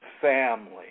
Family